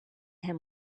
him